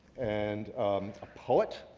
and a poet